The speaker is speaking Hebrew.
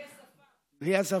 אדוני, בבקשה, משפט אחרון.